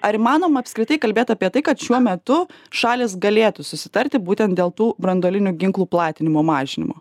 ar įmanoma apskritai kalbėt apie tai kad šiuo metu šalys galėtų susitarti būtent dėl tų branduolinių ginklų platinimo mažinimo